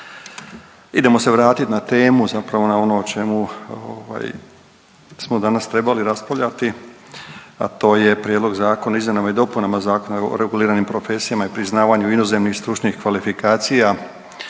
Idemo se vratiti na temu zapravo na ono o čemu ovaj smo danas trebali raspravljati, a to je Prijedlog Zakona o izmjenama i dopunama Zakona o reguliranim profesijama i priznavanju inozemnih stručnih kvalifikacija.